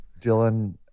dylan